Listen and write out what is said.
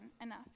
enough